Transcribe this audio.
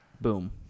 boom